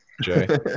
Jay